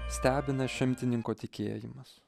stebina šimtininko tikėjimas